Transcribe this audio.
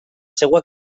seva